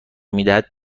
میدهد